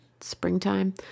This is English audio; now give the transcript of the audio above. Springtime